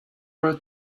were